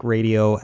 Radio